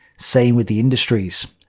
same with the industries.